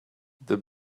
the